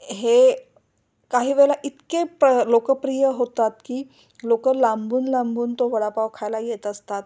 हे काही वेळेला इतके प्र लोकप्रिय होतात की लोकं लांबून लांबून तो वडापाव खायला येत असतात